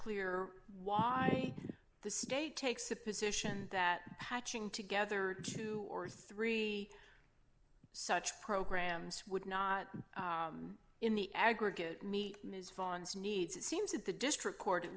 clear why the state takes a position that hatching together two or three such programs would not in the aggregate meet its phones needs it seems that the district court at